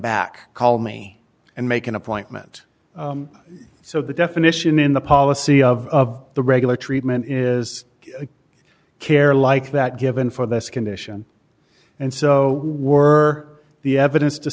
back call me and make an appointment so the definition in the policy of the regular treatment is care like that given for this condition and so we're the evidence to